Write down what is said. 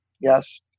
yes